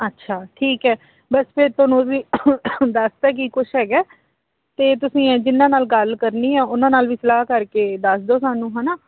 ਅੱਛਾ ਠੀਕ ਹੈ ਬਸ ਫੇਰ ਤੁਹਾਨੂੰ ਉਹਦੀ ਦੱਸ ਤਾ ਕੀ ਕੁਛ ਹੈਗਾ ਅਤੇ ਤੁਸੀਂ ਜਿਨ੍ਹਾਂ ਨਾਲ ਗੱਲ ਕਰਨੀ ਹੈ ਉਨ੍ਹਾਂ ਨਾਲ ਵੀ ਸਲਾਹ ਕਰਕੇ ਦੱਸ ਦਿਓ ਸਾਨੂੰ ਹੈ ਨਾ